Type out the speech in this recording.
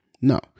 No